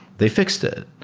they fixed it.